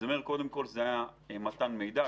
קודם כל זה היה מתן מידע,